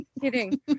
kidding